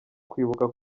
kwibuka